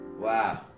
Wow